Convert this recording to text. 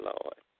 Lord